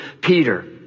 Peter